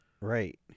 Right